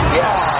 yes